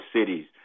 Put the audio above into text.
cities